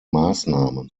maßnahmen